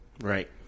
Right